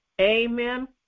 Amen